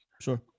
Sure